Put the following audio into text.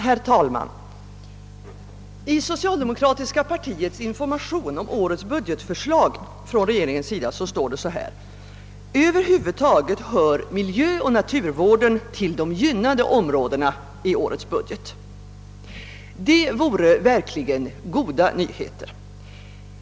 Herr talman! I socialdemokratiska partiets information om årets budgetförslag står det: »Över huvud taget hör miljöoch naturvården till de gynnade områdena i årets budget.» Om så vore, skulle det vara goda nyheter.